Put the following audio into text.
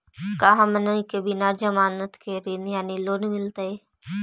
का हमनी के बिना जमानत के ऋण यानी लोन मिलतई?